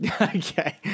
Okay